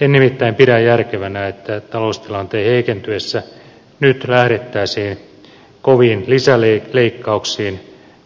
en nimittäin pidä järkevänä että taloustilanteen heikentyessä nyt lähdettäisiin koviin lisäleikkauksiin